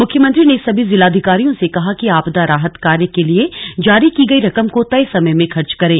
मुख्यमंत्री ने सभी जिलाधिकारियों से कहा कि आपदा राहत कार्य के लिए जारी की गई रकम को तय समय में खर्च करें